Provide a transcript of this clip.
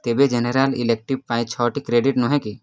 ତେବେ general elective ପାଇଁ ଛଅଟି କ୍ରେଡ଼ିଟ୍ ନୁହେଁ କି